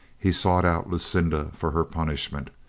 he sought out lucinda for her punish ment.